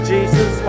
Jesus